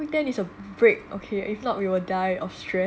weekend is a break okay if not we will die of stress